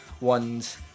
ones